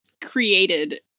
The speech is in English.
created